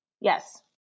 Yes